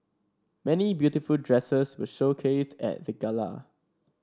many beautiful dresses were showcased at the gala